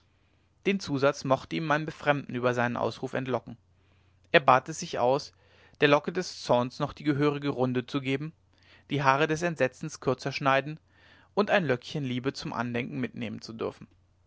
den zusatz mochte ihm mein befremden über seinen ausruf entlocken er bat sich es aus der locke des zorns noch die gehörige runde geben die haare des entsetzens kürzer schneiden und ein löckchen liebe zum andenken mitnehmen zu dürfen